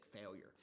failure